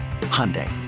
Hyundai